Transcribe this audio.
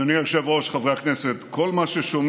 אדוני היושב-ראש, חברי הכנסת, כל מה ששומעים